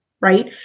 right